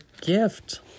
gift